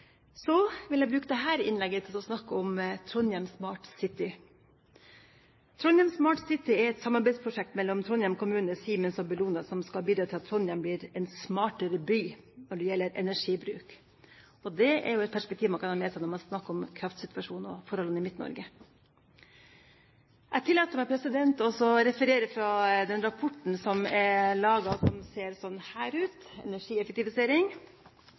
Så vil jeg bruke dette innlegget til å snakke om Trondheim SmartCity. Trondheim SmartCity er et samarbeidsprosjekt mellom Trondheim kommune, Siemens og Bellona som skal bidra til at Trondheim blir en smartere by når det gjelder energibruk, og det er jo et perspektiv man kan ha med seg når man snakker om kraftsituasjonen og forholdene i Midt-Norge. Jeg tillater meg å referere fra en rapport som er laget, Energieffektivisering, og som ser slik ut.